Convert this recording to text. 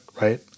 right